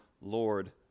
Lord